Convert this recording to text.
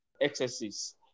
excesses